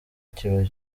kiba